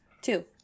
Two